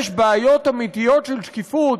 יש בעיות אמיתיות של שקיפות,